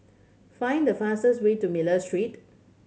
find the fastest way to Miller Street